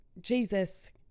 Jesus